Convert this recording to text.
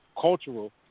cultural